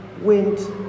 went